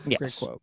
Yes